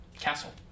castle